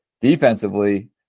defensively